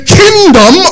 kingdom